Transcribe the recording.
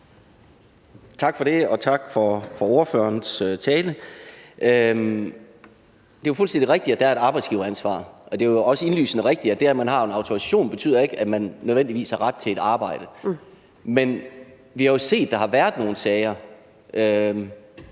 Tak for det, og tak for ordførerens tale. Det er jo fuldstændig rigtigt, at der er et arbejdsgiveransvar, og det er jo også indlysende rigtigt, at det, at man har en autorisation, ikke betyder, at man nødvendigvis har ret til et arbejde. Men vi har jo set, at der har været nogle sager